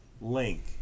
link